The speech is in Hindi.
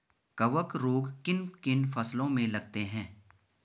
कवक रोग किन किन फसलों में लगते हैं?